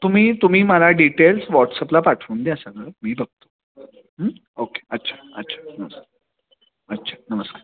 तुम्ही तुम्ही मला डिटेल्स व्हॉट्सअपला पाठवून द्या सगळं मी बघतो ओके अच्छा अच्छा नमस्कार अच्छा नमस्कार